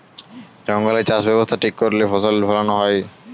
জঙ্গলে চাষ ব্যবস্থা ঠিক করে করলে ফসল ফোলানো হয়